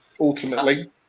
Ultimately